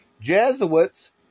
Jesuits